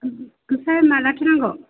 ओमफ्राय मालाथो नांगौ